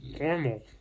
normal